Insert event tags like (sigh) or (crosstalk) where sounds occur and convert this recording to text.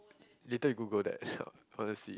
later you Google that (breath) honestly